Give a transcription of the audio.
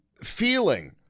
feeling